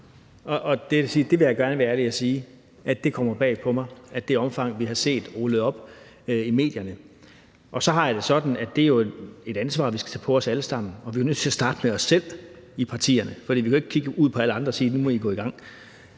jeg vil gerne være ærlig og sige, at det kommer bag på mig, at det er i det omfang, som vi har set det rullet op i medierne. Og så har jeg det sådan, at det jo er et ansvar, vi skal tage på os alle sammen, og vi er jo nødt til at starte med os selv i partierne, for vi kan jo ikke kigge ud på alle andre og sige, at nu må de komme i gang.